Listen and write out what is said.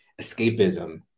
escapism